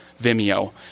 Vimeo